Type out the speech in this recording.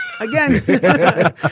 again